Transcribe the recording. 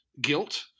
guilt